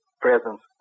presence